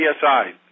PSI